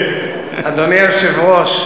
אדוני היושב-ראש,